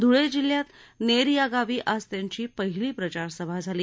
धुळे जिल्ह्यात नेर या गावी आज त्यांची पहिली प्रचार सभा झाली